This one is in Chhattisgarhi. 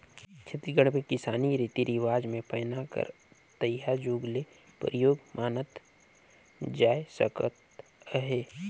छत्तीसगढ़ मे किसानी रीति रिवाज मे पैना कर तइहा जुग ले परियोग मानल जाए सकत अहे